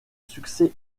succès